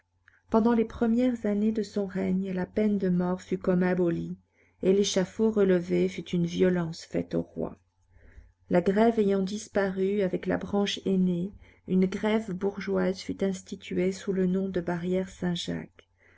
pendant les premières années de son règne la peine de mort fut comme abolie et l'échafaud relevé fut une violence faite au roi la grève ayant disparu avec la branche aînée une grève bourgeoise fut instituée sous le nom de barrière saint-jacques